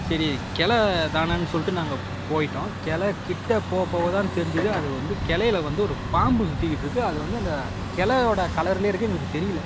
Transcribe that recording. சரி கிளை தானன்னு சொல்லிட்டு நாங்கள் போயிட்டோம் கிளை கிட்டே போக போக தான் தெரிஞ்சுது அது வந்து கிளையில வந்து ஒரு பாம்பு சுற்றிக்கிட்டு இருக்குது அது வந்து அந்த கிளையோட கலர்லேயே இருக்குது எங்களுக்கு தெரியல